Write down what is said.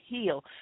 heal